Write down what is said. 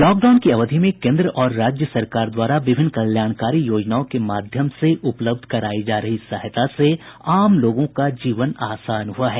lockdown की अवधि में केन्द्र और राज्य सरकार द्वारा विभिन्न कल्याणकारी योजनाओं के माध्यम से उपलब्ध करायी जा रही सहायता से आम लोगों का जीवन आसान हुआ है